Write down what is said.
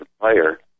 player